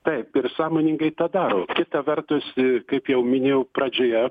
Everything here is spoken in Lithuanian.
taip ir sąmoningai tą daro kita vertus kaip jau minėjau pradžioje